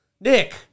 Nick